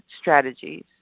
strategies